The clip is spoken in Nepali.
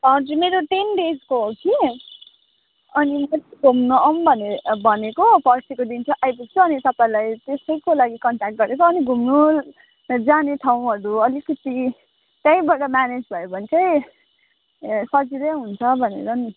हजुर मेरो टेन डेसको हो कि अनि पर्सि घुम्न आउँ भनेर भनेको पर्सिको दिन चाहिँ आइपुग्छु अनि तपाईँलाई त्यसैको लागि कन्ट्याक्ट गरेको अनि घुम्नु जाने ठाउँहरू अलिकति त्यहीबाट म्यानेज भयो भने चाहिँ ए सजिलै हुन्छ भनेर नि